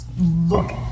look